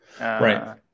Right